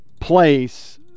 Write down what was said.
place